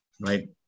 Right